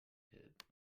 hid